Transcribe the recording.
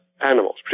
animals